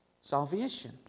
salvation